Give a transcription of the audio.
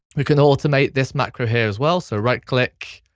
we can automate this macro here as well, so right-click,